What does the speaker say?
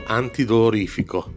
antidolorifico